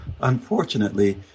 unfortunately